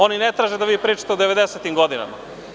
Oni ne traže da vi pričate o devedesetim godinama.